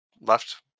left